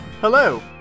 Hello